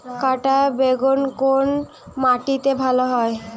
কাঁটা বেগুন কোন মাটিতে ভালো হয়?